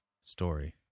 story